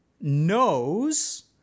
knows